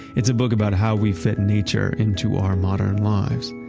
it's a book about how we fit nature into our modern lives.